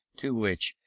to which,